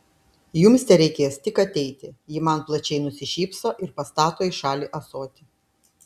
jums tereikės tik ateiti ji man plačiai nusišypso ir pastato į šalį ąsotį